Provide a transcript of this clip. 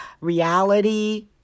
reality